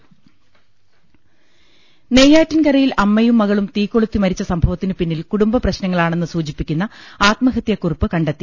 ൾ ൽ ൾ നെയ്യാറ്റിൻകരയിൽ അമ്മയും മകളും തീകൊളുത്തി മരിച്ച സംഭവത്തിനു പിന്നിൽ കുടുംബപ്രശ്നങ്ങളാണെന്ന് സൂചിപ്പി ക്കുന്ന ആത്മഹത്യാകുറിപ്പ് കണ്ടെത്തി